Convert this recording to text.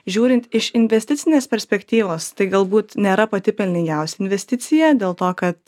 žiūrint iš investicinės perspektyvos tai galbūt nėra pati pelningiausia investicija dėl to kad